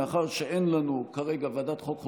מאחר שאין לנו כרגע ועדת חוקה,